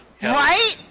Right